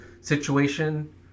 situation